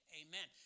amen